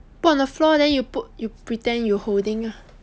put on the floor then you put then pretend you holding ah